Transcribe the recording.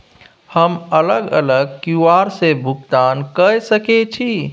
हम अलग अलग क्यू.आर से भुगतान कय सके छि?